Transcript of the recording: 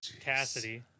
Cassidy